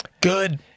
Good